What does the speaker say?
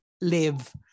live